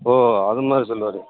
ஓ அது மாதிரி சொல்லுவார்